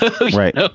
right